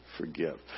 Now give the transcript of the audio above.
forgive